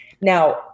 Now